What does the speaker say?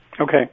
Okay